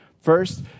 First